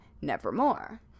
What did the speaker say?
nevermore